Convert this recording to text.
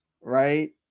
right